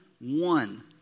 one